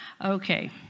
Okay